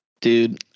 Dude